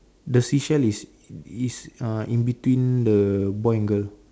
the seashell is is uh in between the boy and girl